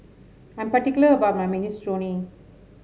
I'm particular about my Minestrone